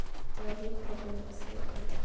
ᱫᱚᱦᱤ ᱯᱷᱚᱯ ᱤᱧ ᱠᱩᱥᱤᱭᱟᱜᱼᱟ